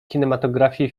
kinematografii